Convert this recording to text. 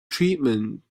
treatment